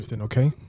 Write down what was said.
okay